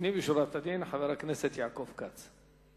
לפנים משורת הדין, חבר הכנסת יעקב כץ.